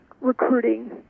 recruiting